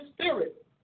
spirit